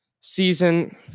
season